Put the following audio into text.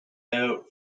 out